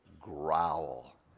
growl